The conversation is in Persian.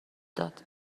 داد